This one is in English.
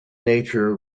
nature